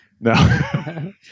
No